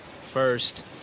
first